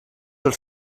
els